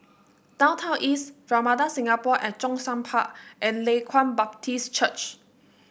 Downtown East Ramada Singapore at Zhongshan Park and Leng Kwang Baptist Church